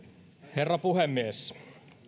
herra puhemies